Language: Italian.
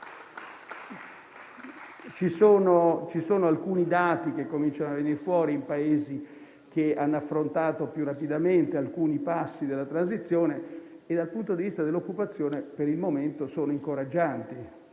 Ci sono alcuni dati che cominciano ad emergere in Paesi che hanno affrontato più rapidamente alcuni passi della transizione e che dal punto di vista dell'occupazione per il momento sono incoraggianti;